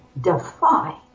defy